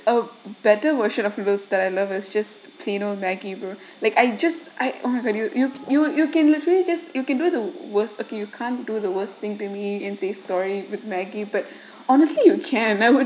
a better version of noodles that I love is just plain old maggie bro like I just I oh my god you you you you can literally just you can do the worst you can't do the worst thing to me and say sorry with maggie but honestly you can I would